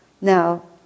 Now